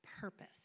purpose